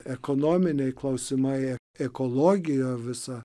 ekonominiai klausimai ekologija visa